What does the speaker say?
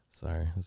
Sorry